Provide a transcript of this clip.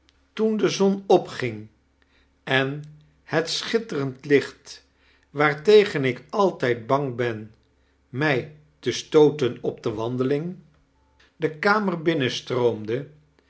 toen de zon opging en het schitterend licht waartegen ik altijd bang ben mij te stooten op de vrandeling